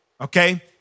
okay